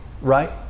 right